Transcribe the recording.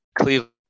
Cleveland